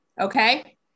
Okay